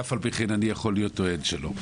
ואף על פי כן אני יכול להיות אוהד שלו.